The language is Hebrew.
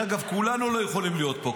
כולנו לא יכולים להיות פה,